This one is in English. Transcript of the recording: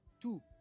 two